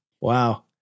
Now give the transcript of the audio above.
Wow